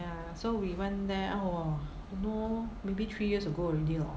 ya so we went there don't know maybe three years ago already lor